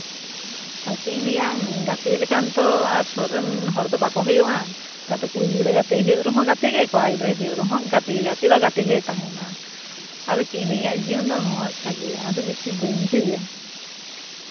ᱟᱨ ᱪᱮᱫ ᱤᱧ ᱞᱟᱹᱭᱟ ᱜᱟᱛᱮ ᱞᱮᱠᱟᱱ ᱛᱚ ᱥᱩᱨ ᱨᱮᱱ ᱦᱚᱲ ᱫᱚ ᱵᱟᱠᱚ ᱦᱩᱭᱩᱜᱼᱟ ᱜᱟᱛᱮ ᱠᱩᱲᱤ ᱜᱤᱫᱽᱨᱟᱹ ᱜᱟᱛᱮᱭ ᱦᱩᱭᱩᱜ ᱨᱮᱦᱚᱸ ᱜᱟᱛᱮ ᱜᱮ ᱟᱨ ᱠᱚᱲᱟ ᱜᱤᱫᱽᱨᱟᱹ ᱜᱟᱛᱮᱭ ᱦᱩᱭᱩᱜ ᱨᱮᱦᱚᱸ ᱜᱟᱛᱮ ᱜᱮ ᱜᱟᱛᱮ ᱫᱚ ᱜᱟᱛᱮ ᱜᱮᱭ ᱛᱟᱦᱮᱱᱟ ᱟᱫᱚ ᱪᱮᱫ ᱤᱧ ᱞᱟᱹᱭᱟ ᱤᱧᱟᱹᱜ ᱡᱤᱭᱚᱱ ᱫᱚ ᱱᱩᱱᱟᱹᱜ ᱴᱟ ᱜᱮ ᱟᱫᱚ ᱵᱤᱥᱤ ᱵᱟᱹᱧ ᱞᱟᱹᱭᱟ